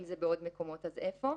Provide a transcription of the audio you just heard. ואם בעוד מקומות אז איפה.